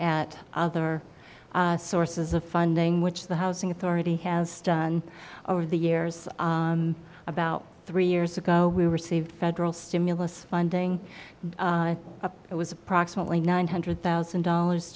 at other sources of funding which the housing authority has done over the years about three years ago we received federal stimulus funding up it was approximately nine hundred thousand dollars